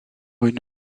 une